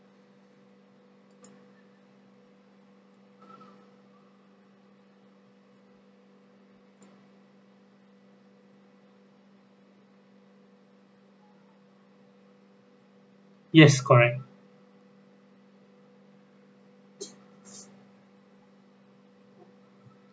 yes correct